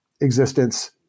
existence